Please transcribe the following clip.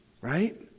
Right